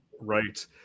right